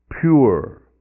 pure